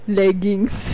leggings